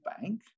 bank